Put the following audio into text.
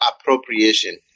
appropriation